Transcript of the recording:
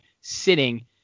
sitting